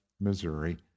Missouri